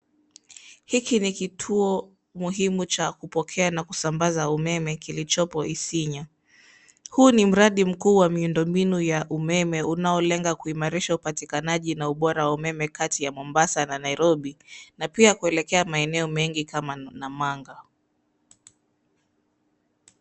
Hiki ni kituo muhimu cha kupokea na kusambaza umeme kilichopo Isinya. Huu ni mradi mkuu wa miundo mbinu ya umeme unaolenga kuimarisha upatikanaji na ubora wa umeme kati ya Mombasa na Nairobi, na pia kuelekea maeneo mengi kama Namanga.